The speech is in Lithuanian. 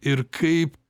ir kaip